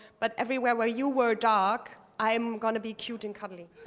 but everywhere where you were dark, i'm going to be cute and cuddly.